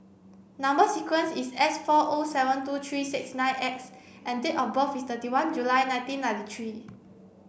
number sequence is S four O seven two three six nine X and date of birth is thirty one July nineteen ninety three